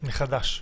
מחד"ש.